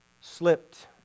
slipped